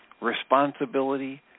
responsibility